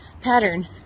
pattern